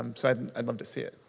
um so i'd i'd love to see it.